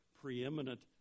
preeminent